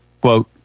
quote